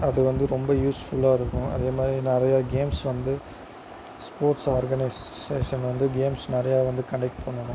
அது வந்து ரொம்ப யூஸ்ஃபுல்லா இருக்கும் அதேமாதிரி நிறைய கேம்ஸ் வந்து ஸ்போர்ட்ஸ் ஆர்கனைஸ்சேஷன் வந்து கேம்ஸ் நிறையா வந்து கண்டெக்ட் பண்ணணும்